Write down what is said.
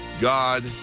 God